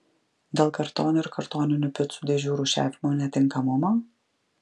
dėl kartono ir kartoninių picų dėžių rūšiavimo netinkamumo